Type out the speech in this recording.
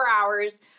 hours